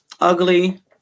ugly